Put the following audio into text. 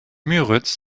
müritz